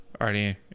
already